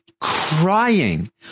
Crying